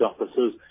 officers